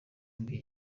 mbi